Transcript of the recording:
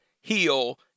heal